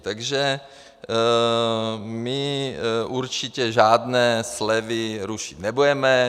Takže my určitě žádné slevy rušit nebudeme.